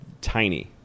tiny